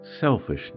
selfishness